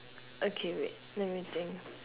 okay wait let me think